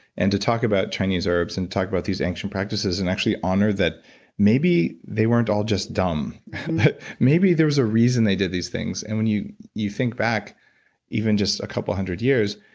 and to talk about chinese herbs and talk about these ancient practices and actually honor that maybe they weren't all just dumb, but maybe there's a reason they did these things. and when you you think back even just a couple hundred years,